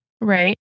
Right